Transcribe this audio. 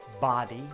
body